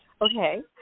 Okay